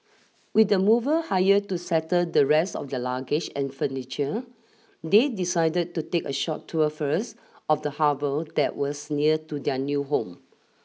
with the mover hire to settle the rest of the luggage and furniture they decided to take a short tour first of the harbour that was near to their new home